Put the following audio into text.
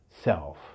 self